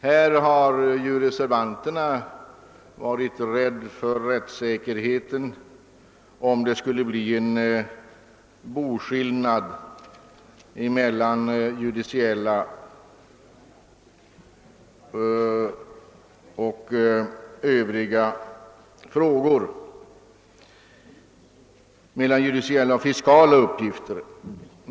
Här har reservanterna varit rädda för rättssäkerheten, att det skulle bli en boskillnad mellan judiciella och fiskaliska uppgifter. Utskottet delar inte denna uppfattning.